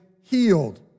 healed